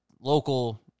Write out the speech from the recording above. local